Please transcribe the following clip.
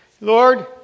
Lord